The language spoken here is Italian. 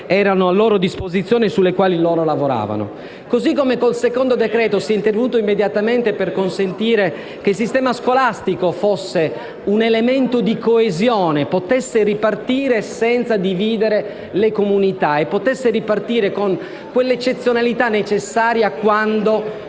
risorse a loro disposizione e sulle quali lavoravano. Analogamente, con il secondo decreto-legge si è intervenuto immediatamente per consentire che il sistema scolastico fosse un elemento di coesione e potesse ripartire senza dividere le comunità, con quella eccezionalità necessaria quando